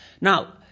Now